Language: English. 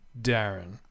Darren